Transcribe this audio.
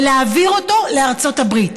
להעביר אותו לארצות הברית.